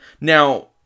Now